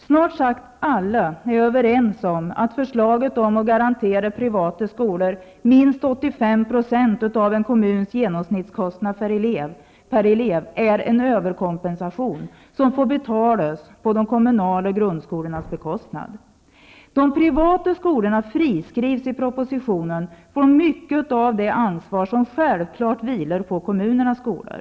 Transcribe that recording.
Snart sagt alla är överens om att förslaget om att garantera privata skolor minst 85 % av en kommuns genomsnittskostnad per elev är en överkompensation som får betalas på de kommunala grundskolornas bekostnad. De privata skolorna friskrivs i propositionen från mycket av det ansvar som självklart vilar på kommunernas skolor.